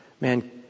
Man